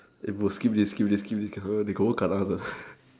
eh bro skip this skip this skip this kena they confirm kena this one